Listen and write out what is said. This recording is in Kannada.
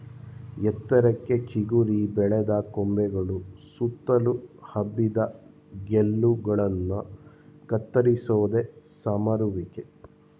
ಎತ್ತರಕ್ಕೆ ಚಿಗುರಿ ಬೆಳೆದ ಕೊಂಬೆಗಳು ಸುತ್ತಲು ಹಬ್ಬಿದ ಗೆಲ್ಲುಗಳನ್ನ ಕತ್ತರಿಸೋದೆ ಸಮರುವಿಕೆ